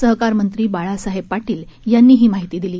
सहकार मंत्री बाळासाहेब पाटील यांनी ही माहिती दिली